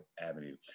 Avenue